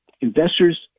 investors